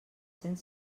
cents